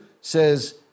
says